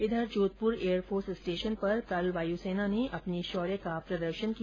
इधर Jodhpur air force station पर वायुसेना ने अपने शौर्य का प्रदर्शन किया